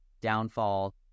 downfall